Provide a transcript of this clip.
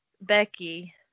Becky